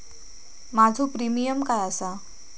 माझो प्रीमियम काय आसा?